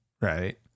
Right